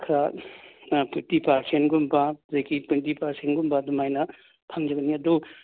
ꯈꯔ ꯑꯥ ꯐꯤꯐꯇꯤ ꯄꯥꯔꯁꯦꯟꯒꯨꯝꯕ ꯑꯗꯒꯤ ꯇ꯭ꯋꯦꯟꯇꯤ ꯄꯥꯔꯁꯦꯟꯒꯨꯝꯕ ꯑꯗꯨꯃꯥꯏꯅ ꯐꯪꯖꯒꯅꯤ ꯑꯗꯨ